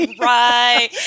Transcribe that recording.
Right